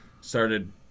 started